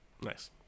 Nice